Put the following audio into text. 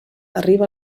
arriba